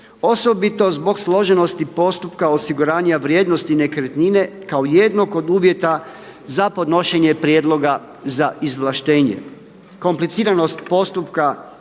osobito zbog složenosti postupka osiguranja vrijednosti nekretnine kao jednog od uvjeta za podnošenje prijedloga za izvlaštenje. Kompliciranost postupka